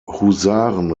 husaren